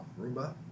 Roomba